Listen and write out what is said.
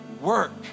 work